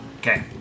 Okay